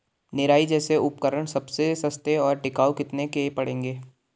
निराई जैसे उपकरण सबसे सस्ते और टिकाऊ कितने के पड़ेंगे?